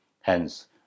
Hence